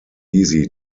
easy